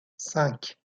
cinq